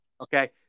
Okay